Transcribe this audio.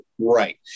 Right